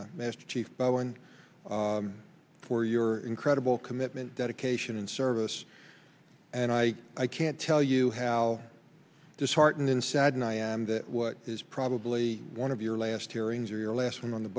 mr chief one for your incredible commitment dedication and service and i i can't tell you how disheartened inside and i am that what is probably one of your last hearings or your last week on the